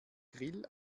grill